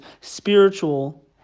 spiritual